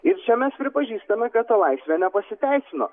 ir čia mes pripažįstame kad ta laisvė nepasiteisino